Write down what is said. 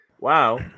Wow